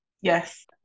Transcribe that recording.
Yes